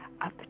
up